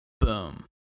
Boom